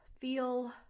feel